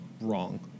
wrong